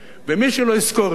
ומי שלא יזכור את זה,